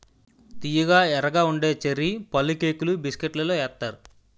తియ్యగా ఎర్రగా ఉండే చర్రీ పళ్ళుకేకులు బిస్కట్లలో ఏత్తారు